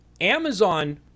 Amazon